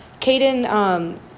Caden